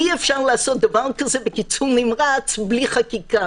אי-אפשר לעשות דבר כזה בקיצור נמרץ בלי חקיקה.